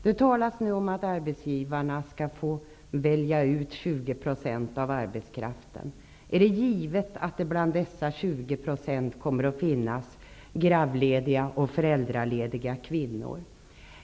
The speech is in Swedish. Det talas nu om att arbetsgivarna skall få välja ut 20 % av arbetskraften. Är det givet att det bland dessa 20 % kommer att finnas graviditetslediga och föräldralediga kvinnor?